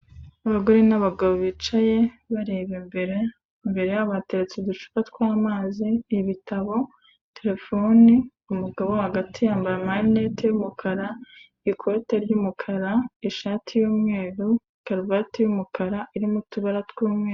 Abagore n'abagabo bicaye, bareba imbere, imbere yabo hateretse uducupa tw'amazi, ibitabo, terefoni, umugabo hagati yambaye amarinete y'umukara, ikote ry'umukara, ishati y'umweru, karuvati y'umukara irimo utubara tw'umweru.